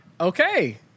Okay